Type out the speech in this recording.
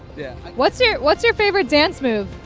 yeah what's yeah what's your favorite dance move?